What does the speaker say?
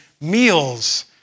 meals